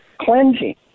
cleansing